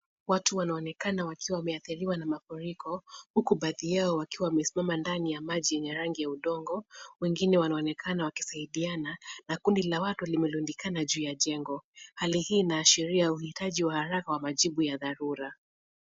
Watu wanaonekana wakiwa wameathiriwa na mafuriko huku baadhi yao wakiwa wamesimama ndani ya maji yenye rangi ya udongo, wengine wanaonekana wakisaidiana na kundi la watu limelundikana juu ya jengo. Hali hii inaashiria uhitaji wa haraka wa majibu ya dharura.